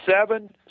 seven